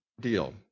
deal